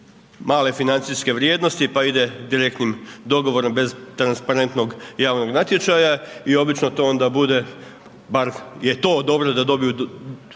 male financijske vrijednosti pa ide direktnim dogovorom bez transparentnog javnog natječaja i obično to onda bude bar je to dobro da dobiju